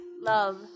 love